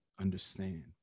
understand